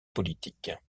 politique